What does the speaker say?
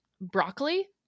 broccoli